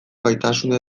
gaitasuna